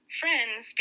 friends